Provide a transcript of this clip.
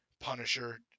Punisher